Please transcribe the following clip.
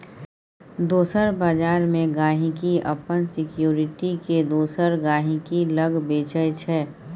दोसर बजार मे गांहिकी अपन सिक्युरिटी केँ दोसर गहिंकी लग बेचय छै